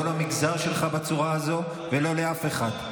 לא למגזר שלך ולא לאף אחד.